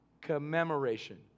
Commemoration